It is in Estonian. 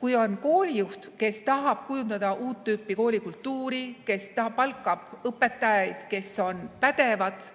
Kui on koolijuht, kes tahab kujundada uut tüüpi koolikultuuri, kes palkab õpetajaid, kes on pädevad,